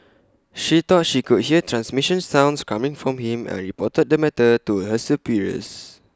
she thought she could hear transmission sounds coming from him and reported the matter to her superiors